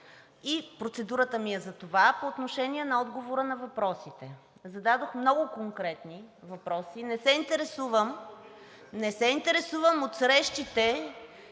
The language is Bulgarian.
и процедурата ми е за това по отношение на отговора на въпросите. Зададох много конкретни въпроси. Не се интересувам от срещите,